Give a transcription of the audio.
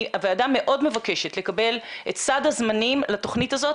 הוועדה מאוד מבקשת לקבל את סד הזמנים לתוכנית הזאת.